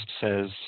says